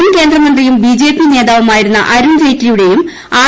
മുൻ കേന്ദ്ര മന്ത്രിയും ബിജെപി നേതാവുമായിരുന്ന അരുൺ ജയ്റ്റ്ലിയുടെയും ആർ